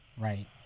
Right